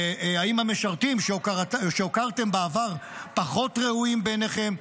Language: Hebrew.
והאם המשרתים שהוקרתם בעבר, פחות ראויים בעיניכם?